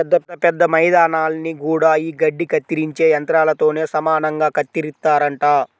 పెద్ద పెద్ద మైదానాల్ని గూడా యీ గడ్డి కత్తిరించే యంత్రాలతోనే సమానంగా కత్తిరిత్తారంట